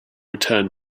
return